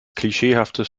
klischeehaftes